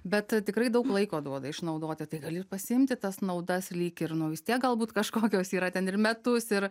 bet tikrai daug laiko duoda išnaudoti tai gali pasiimti tas naudas lyg ir nu vis tiek galbūt kažkokios yra ten ir metus ir